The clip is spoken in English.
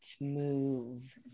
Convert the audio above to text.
move